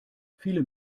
viele